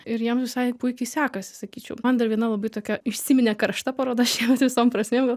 ir jiem visai puikiai sekasi sakyčiau man dar viena labai tokia įsiminė karšta paroda šiemet visom prasmėm gal